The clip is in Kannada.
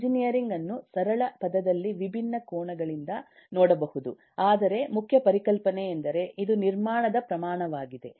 ಎಂಜಿನಿಯರಿಂಗ್ ಅನ್ನೂ ಸರಳ ಪದದಲ್ಲಿ ವಿಭಿನ್ನ ಕೋನಗಳಿಂದ ನೋಡಬಹುದು ಆದರೆ ಮುಖ್ಯ ಪರಿಕಲ್ಪನೆಯೆಂದರೆ ಇದು ನಿರ್ಮಾಣದ ಪ್ರಮಾಣವಾಗಿದೆ